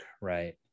right